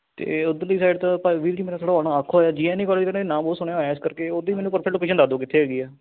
ਅਤੇ ਓਧਰਲੀ ਸਾਈਡ ਤਾਂ ਭਾਈ ਵੀਰ ਜੀ ਮੇਰਾ ਥੋੜ੍ਹਾ ਆਉਣਾ ਔਖਾ ਹੋ ਜਾ ਜੀ ਐੱਨ ਈ ਕੋਲੇਜ ਦਾ ਨਾਮ ਬਹੁਤ ਸੁਣਿਆ ਹੋਇਆ ਇਸ ਕਰਕੇ ਉਹਦੀ ਮੈਨੂੰ ਪ੍ਰਫੈਕਟ ਲੋਕੇਸ਼ਨ ਦੱਸ ਦਿਓ ਕਿੱਥੇ ਹੈਗੀ ਹੈ